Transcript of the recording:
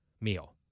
meal